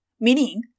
meaning